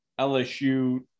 LSU